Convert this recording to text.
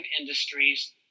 industries